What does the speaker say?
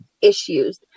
issues